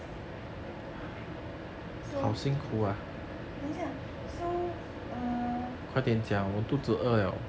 so 等一下 so err